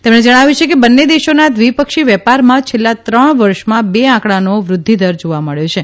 તેમણે જણાવ્યું કે બંને દેશોના દ્વિપક્ષી વેપારમાં છેલ્લાં ત્રણ વર્ષમાં બે આંકડાનો વૃદ્ધિદર જોવા મબ્યો છે